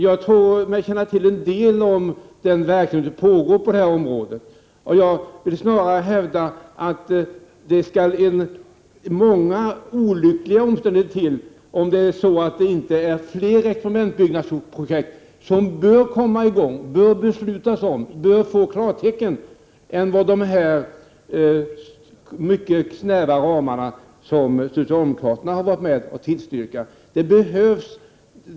Jag tror mig känna till en del om den verksamhet som pågår på det här området, och jag vill snarare hävda att det skall många olyckliga omständigheter till för att inte fler experimentbyggnadsprojekt bör komma i gång, bör beslutas och bör få klartecken än vad de mycket snäva ramar som socialdemokraterna har varit med om att tillstyrka medger.